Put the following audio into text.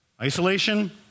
Isolation